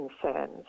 concerns